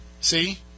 See